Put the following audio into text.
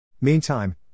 Meantime